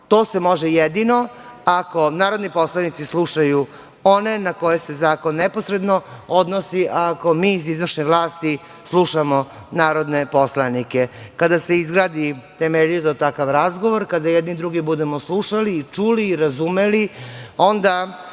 se može jedino ako narodni poslanici slušaju one na koje se zakon neposredno odnosi i ako mi iz izvršne vlasti slušamo narodne poslanike. Kada se izgradi temeljito takav razgovor, kada jedni druge budemo slušali i čuli i razumeli, onda